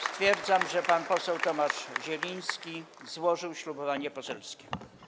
Stwierdzam, że pan poseł Tomasz Zieliński złożył ślubowanie poselskie.